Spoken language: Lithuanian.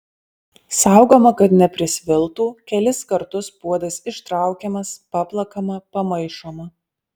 saugoma kad neprisviltų kelis kartus puodas ištraukiamas paplakama pamaišoma